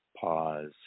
pause